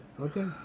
Okay